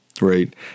right